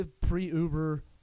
pre-Uber